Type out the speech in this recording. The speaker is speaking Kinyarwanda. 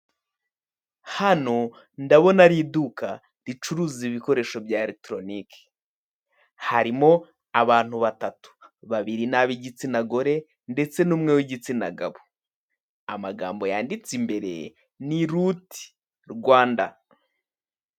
Hano ndabona ari iduka ricuruza ibikoresho bya eregitoronike, harimo abantu batatu babiri ni ab'igitsina gore ndetse n'umwe w'igitsina gabo, amagambo yanditse imbere ni ruti Rwanda.